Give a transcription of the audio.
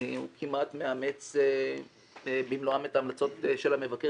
אלא הוא כמעט מאמץ במלואן את המלצות המבקר